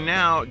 now